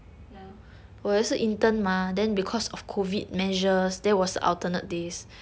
ya